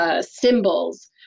symbols